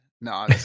No